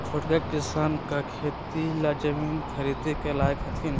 छोटका किसान का खेती ला जमीन ख़रीदे लायक हथीन?